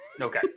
Okay